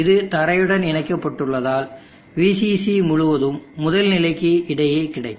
இது தரையுடன் இணைக்கப்பட்டுள்ளதால் VCC முழுவதும் முதல் நிலைக்கு இடையே கிடைக்கும்